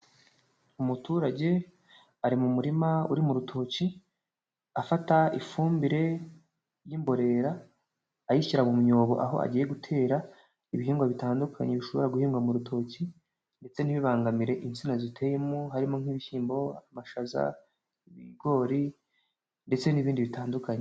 Umuturage ari mu murima uri mu rutoki afata ifumbire y'imborera ayishyira mu myobo aho agiye gutera ibihingwa bitandukanye bishobora guhinga mu rutoki ndetse ntibibangamire insina ziteyemo harimo nk'ibishyimbo, amashaza, ibigori ndetse n'ibindi bitandukanye.